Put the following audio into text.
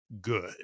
Good